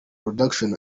production